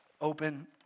open